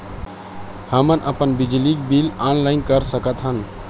हमन अपन बिजली बिल ऑनलाइन कर सकत हन?